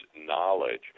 knowledge